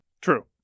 True